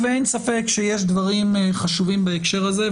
אין ספק שיש דברים חשובים בהקשר הזה.